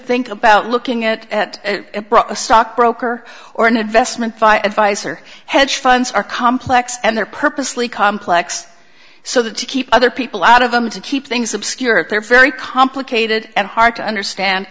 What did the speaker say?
think about looking at a stock broker or an investment advisor hedge funds are complex and there purposely complex so that to keep other people out of them to keep things obscure if they're very complicated and hard to understand